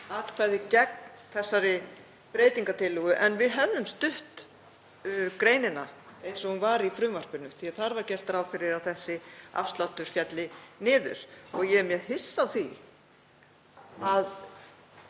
atkvæði gegn þessari breytingartillögu en hefðum stutt greinina eins og hún var í frumvarpinu því að þar var gert ráð fyrir að þessi afsláttur félli niður. Ég er mjög hissa á því að